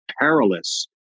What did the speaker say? perilous